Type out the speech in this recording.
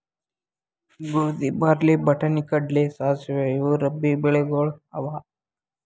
ಗೋಧಿ, ಬಾರ್ಲಿ, ಬಟಾಣಿ, ಕಡ್ಲಿ, ಸಾಸ್ವಿ ಇವು ರಬ್ಬೀ ಬೆಳಿಗೊಳ್ ಅವಾ